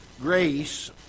grace